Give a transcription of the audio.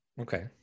Okay